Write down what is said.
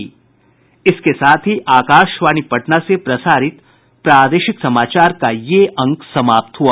इसके साथ ही आकाशवाणी पटना से प्रसारित प्रादेशिक समाचार का ये अंक समाप्त हुआ